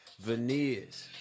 veneers